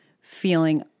feeling